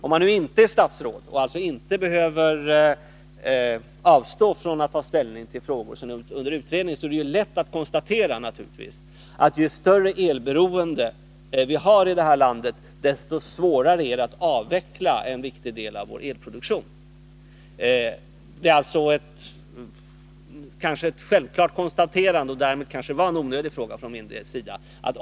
Om man nu inte är statsråd, och alltså inte behöver avstå från att ta ställning till frågor som är under utredning, är det naturligtvis lätt att göra följande konstaterande: Ju större elberoende vi har i detta land, desto svårare är det att avveckla en viktig del av vår elproduktion. Det är ett ganska självklart konstaterande, och därför var det kanske en onödig fråga från min sida.